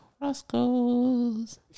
Roscoe's